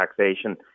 taxation